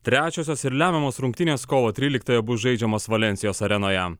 trečiosios ir lemiamos rungtynės kovo tryliktąją bus žaidžiamos valensijos arenoje